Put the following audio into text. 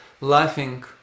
laughing